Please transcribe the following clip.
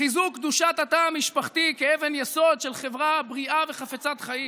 חיזוק קדושת התא המשפחתי כאבן יסוד של חברה בריאה וחפצת חיים.